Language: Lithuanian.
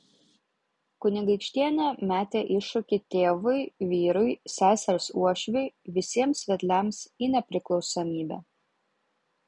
kunigaikštienė metė iššūkį tėvui vyrui sesers uošviui visiems vedliams į nepriklausomybę